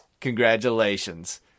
Congratulations